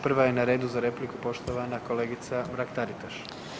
Prva je na redu za repliku poštovana kolegica Mrak-Taritaš.